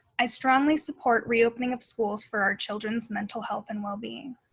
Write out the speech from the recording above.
i strongly support reopening of schools for our children's mental health and well being.